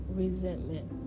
resentment